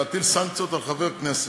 להטיל סנקציות על חבר כנסת,